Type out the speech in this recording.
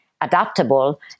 adaptable